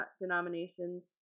denominations